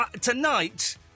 tonight